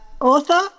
Author